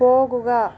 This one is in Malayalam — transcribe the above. പോകുക